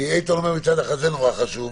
איתן אומר מצד אחד שזה נורא חשוב,